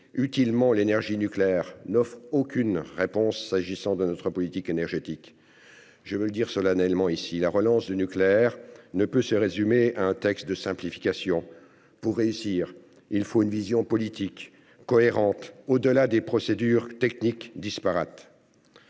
utilement l'énergie nucléaire, n'offre aucune réponse s'agissant de notre politique énergétique. Je veux le dire solennellement ici : la relance du nucléaire ne peut se résumer à un texte de simplification. Pour réussir, il faut une vision politique cohérente, au-delà de procédures techniques disparates.